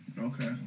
Okay